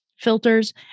filters